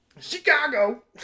Chicago